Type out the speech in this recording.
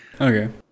Okay